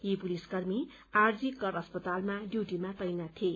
यी पुलिसकर्मी आरही कर अस्पतालमा डयूटमीमा तैनाथ थिए